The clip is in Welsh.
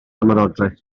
ymerodraeth